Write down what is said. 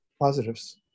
positives